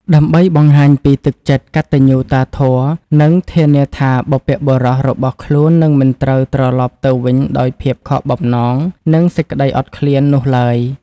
ដើម្បីបង្ហាញពីទឹកចិត្តកតញ្ញូតាធម៌ និងធានាថាបុព្វបុរសរបស់ខ្លួននឹងមិនត្រូវត្រឡប់ទៅវិញដោយភាពខកបំណង និងសេចក្ដីអត់ឃ្លាននោះឡើយ។